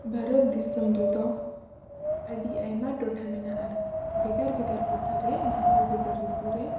ᱵᱷᱟᱨᱚᱛ ᱫᱤᱥᱚᱢ ᱨᱮᱫᱚ ᱟᱹᱰᱤ ᱟᱭᱢᱟ ᱴᱚᱴᱷᱟ ᱢᱮᱱᱟᱜᱼᱟ ᱟᱨ ᱵᱷᱟᱜᱟᱨ ᱵᱷᱟᱜᱮ ᱴᱚᱴᱷᱟ ᱨᱮ ᱵᱷᱮᱜᱟᱨ ᱵᱷᱮᱜᱟᱨ ᱟᱛᱳ ᱨᱮ